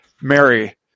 Mary